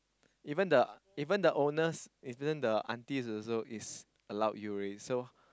even the even the owners even the aunties also is allowed you already so